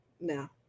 No